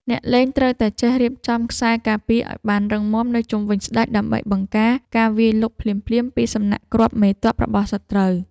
អ្នកលេងត្រូវតែចេះរៀបចំខ្សែការពារឱ្យបានរឹងមាំនៅជុំវិញស្តេច ដើម្បីបង្ការការវាយលុកភ្លាមៗពីសំណាក់គ្រាប់មេទ័ពរបស់សត្រូវ។